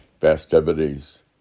festivities